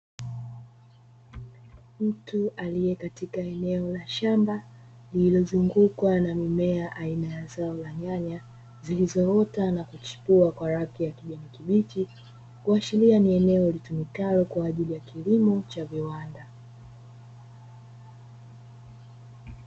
Mtu aliye katika eneo la shamba lililozungukwa na mimea aina ya zao la nyanya zilizoota na kuchipua kwa rangi ya kijani kibichi, kuashiria ni eneo litumikalo kwa ajili ya kilimo cha viwanda.